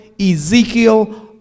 Ezekiel